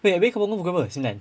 wait ko bangun pukul berapa sembilan